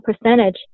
percentage